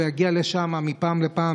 להגיע לשם מפעם לפעם,